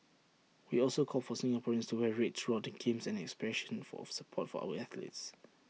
we also call for Singaporeans to wear red throughout the games as an expression for support for our athletes